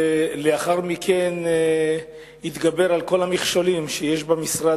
ולאחר מכן יתגבר על כל המכשולים שיש במשרד,